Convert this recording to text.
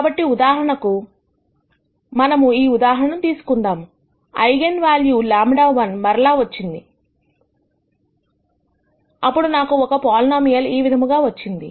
కాబట్టి ఉదాహరణకు మనము ఈ ఉదాహరణ తీసుకుందాం ఐగన్ వాల్యూ λ₁మరలా వచ్చింది అప్పుడు నాకు ఒక పోలినోమియల్ ఈ విధముగా వచ్చింది